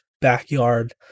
backyard